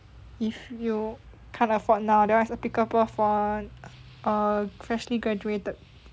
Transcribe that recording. if you can't afford now that [one] is applicable for err freshly graduated